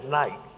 night